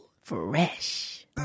fresh